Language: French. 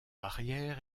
arrière